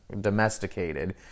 domesticated